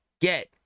get